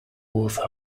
author